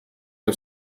per